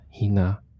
Hina